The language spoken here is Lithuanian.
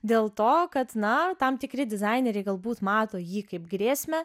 dėl to kad na tam tikri dizaineriai galbūt mato jį kaip grėsmę